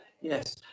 Yes